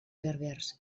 berbers